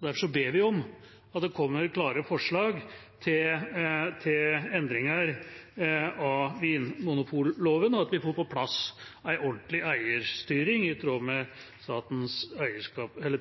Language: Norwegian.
det. Derfor ber vi om at det kommer klare forslag til endringer av vinmonopolloven, og at vi får på plass en ordentlig eierstyring, i tråd med statens